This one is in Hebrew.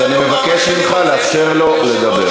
אז אני מבקש ממך לאפשר לו לדבר.